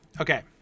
Okay